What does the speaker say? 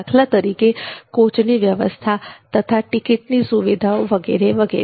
દાખલા તરીકે કોચની વ્યવસ્થા તથા ટિકિટની સુવિધાઓ વગેરે વગેરે